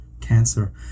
cancer